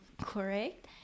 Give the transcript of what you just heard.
correct